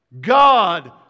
God